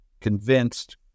Convinced